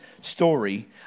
story